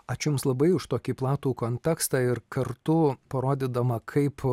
ačiū jums labai už tokį platų kontekstą ir kartu parodydama kaip